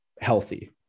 healthy